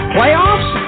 Playoffs